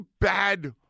bad